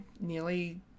nearly